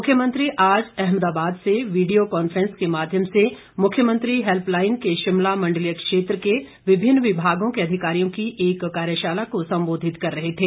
मुख्यमंत्री आज अहमदाबाद से वीडियो कॉन्फ्रैंस के माध्यम से मुख्यमंत्री हेल्पलाइन के शिमला मंडलीय क्षेत्र के विभिन्न विभागों के अधिकारियों की एक कार्यशाला को संबोधित कर रहे थे